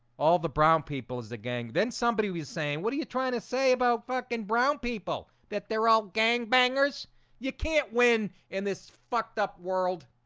all the brown people is the gang then somebody was saying what are you trying to say about fucking brown people that they're all? gangbangers you can't win in this fucked-up world